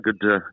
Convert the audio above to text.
Good